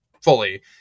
fully